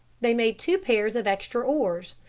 they made two pairs of extra oars.